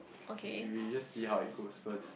we just see how it goes first